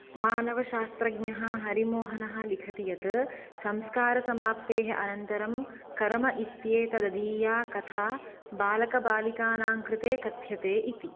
मानवशास्त्रज्ञः हरिमोहनः लिखति यत् संस्कारसमाप्तेः अनन्तरं करम इत्येतदीया कथा बालकबालिकानां कृते कथ्यते इति